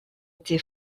été